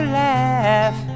laugh